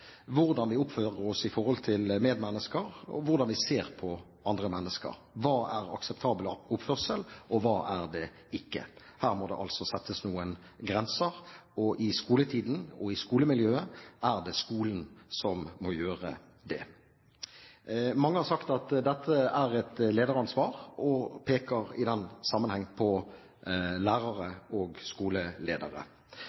hvordan vi oppfører oss overfor medmennesker, og hvordan vi ser på andre mennesker. Hva er akseptabel oppførsel, og hva er det ikke? Her må det altså settes noen grenser, og i skoletiden og i skolemiljøet er det skolen som må gjøre det. Mange har sagt at dette er et lederansvar og peker i den sammenheng på lærere